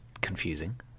confusing